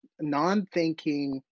non-thinking